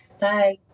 Bye